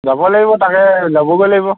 যাব লাগিব তাকে যাবগৈ লাগিব